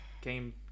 came